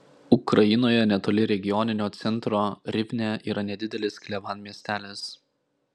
ukrainoje netoli regioninio centro rivne yra nedidelis klevan miestelis